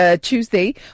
Tuesday